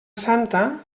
santa